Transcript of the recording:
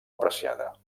apreciada